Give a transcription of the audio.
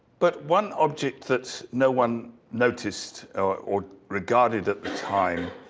but one object that no one noticed or or regarded at the time,